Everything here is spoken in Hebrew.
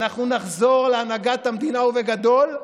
אנחנו נחזור להנהגת המדינה ובגדול,